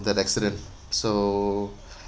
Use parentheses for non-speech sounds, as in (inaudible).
that accident so (breath)